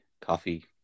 coffee